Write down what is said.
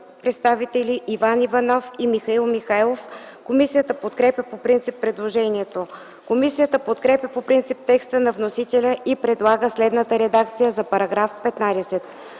представители Иван Иванов и Михаил Михайлов. Комисията подкрепя по принцип предложението. Комисията подкрепя по принцип текста на вносителя и предлага следната редакция на § 15: „§ 15.